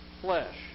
flesh